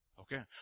Okay